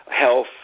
health